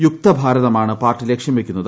യുക്ത ഭാരതമാണ് പാർട്ടി ലക്ഷ്യം വെയ്ക്കുന്നത്